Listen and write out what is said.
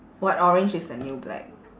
what orange is the new black